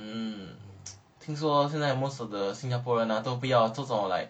mm 听说现在 most of the 新加坡人都不要做这种 like